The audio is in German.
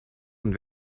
und